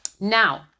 Now